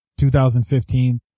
2015